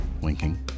winking